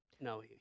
No